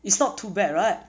it's not too bad right